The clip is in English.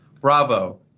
bravo